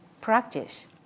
practice